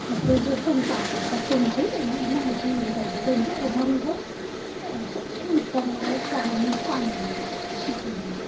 तर हे जे संत आहेत तर त्यांची माहिती दिली पाहिजे त्यांचे अभंग उत्तरप्रमाणे सांगून शिकवून